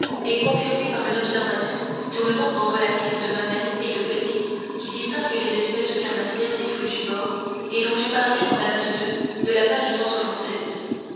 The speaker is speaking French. est confirmé par une observation sur le nombre relatif de mamelles et de petits qui distingue les espèces carnassières des frugivores et dont j'ai parlé dans la note de la page